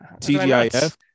TGIF